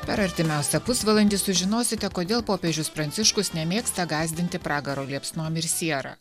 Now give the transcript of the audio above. per artimiausią pusvalandį sužinosite kodėl popiežius pranciškus nemėgsta gąsdinti pragaro liepsnom ir siera